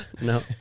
no